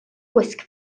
gwisg